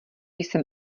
jsem